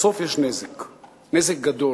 בסוף יש נזק גדול,